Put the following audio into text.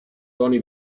tony